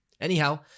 Anyhow